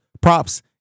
props